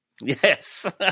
Yes